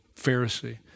Pharisee